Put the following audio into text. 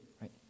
right